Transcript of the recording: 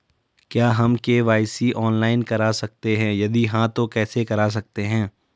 क्या हम KYC online करा सकते हैं यदि हाँ तो कैसे करा सकते हैं?